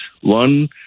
one